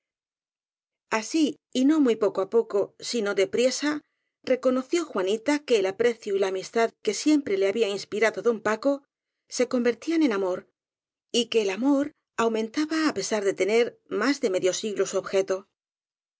así y no muy poco á poco sino de priesa reco noció juanita que el aprecio y la amistad que siem pre le había inspirado don paco se convertían en amor y que el amor aumentaba á pesar de tener más de medio siglo su objeto